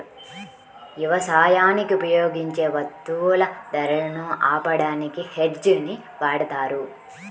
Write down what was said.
యవసాయానికి ఉపయోగించే వత్తువుల ధరలను ఆపడానికి హెడ్జ్ ని వాడతారు